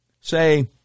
say